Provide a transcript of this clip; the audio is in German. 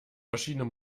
verschiedene